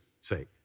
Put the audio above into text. sake